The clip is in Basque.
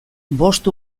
bost